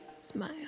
smile